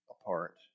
apart